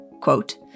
quote